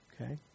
okay